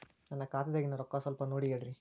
ನನ್ನ ಖಾತೆದಾಗಿನ ರೊಕ್ಕ ಸ್ವಲ್ಪ ನೋಡಿ ಹೇಳ್ರಿ